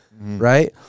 Right